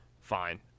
Fine